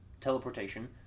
teleportation